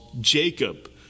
Jacob